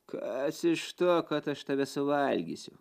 kad iš to kad aš tave suvalgysiu